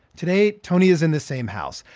today, tony is in the same house,